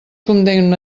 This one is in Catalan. condemna